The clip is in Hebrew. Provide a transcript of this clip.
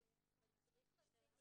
אם אני מנסה לדלות